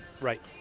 Right